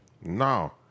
no